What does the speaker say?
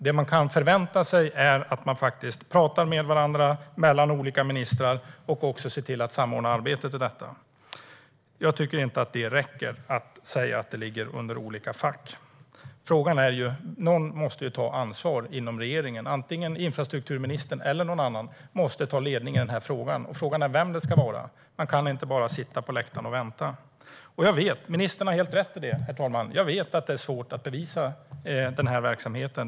Det man kan förvänta sig är att olika ministrar pratar med varandra och också ser till att samordna arbetet i detta. Jag tycker inte att det räcker att säga att frågan ligger under olika fack. Någon måste ju ta ansvar inom regeringen, antingen infrastrukturministern eller någon annan, och ta ledningen i den här frågan. Frågan är vem det ska vara. Man kan inte bara sitta på läktaren och vänta. Herr talman! Ministern har helt rätt i och jag vet att det är svårt att bevisa den här verksamheten.